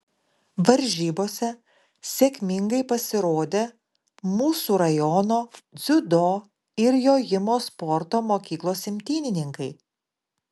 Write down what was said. varžybose sėkmingai pasirodė mūsų rajono dziudo ir jojimo sporto mokyklos imtynininkai